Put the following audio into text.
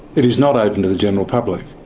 it is not open to the general public.